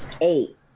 eight